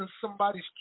somebody's